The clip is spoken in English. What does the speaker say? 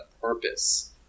purpose